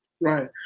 right